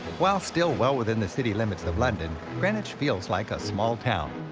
while still well within the city limits of london, greenwich feels like a small town.